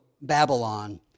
Babylon